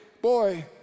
boy